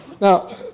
Now